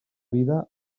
vida